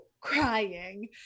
crying